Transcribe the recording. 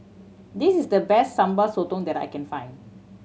this is the best Sambal Sotong that I can find